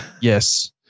Yes